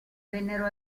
vennero